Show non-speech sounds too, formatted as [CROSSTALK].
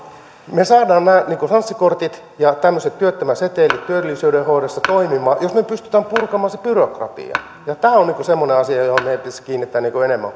me saamme nämä sanssi kortit ja työttömän setelit työllisyyden hoidossa toimimaan jos me pystymme purkamaan sen byrokratian tämä on semmoinen asia johon meidän pitäisi kiinnittää enemmän [UNINTELLIGIBLE]